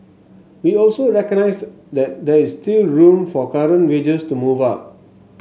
we also recognised that there is still room for current wages to move up